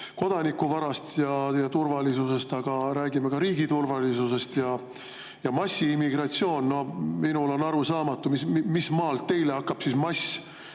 kodanike varast ja turvalisusest, aga räägime ka riigi turvalisusest. Massiimmigratsioon – minule on arusaamatu, mis maalt teie [silmis] hakkab siis mass.